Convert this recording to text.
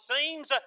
seems